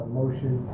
motion